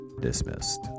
dismissed